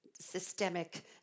systemic